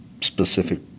specific